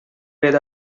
with